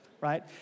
right